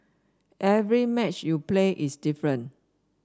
every match you play is different